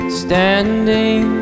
standing